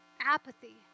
apathy